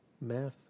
Math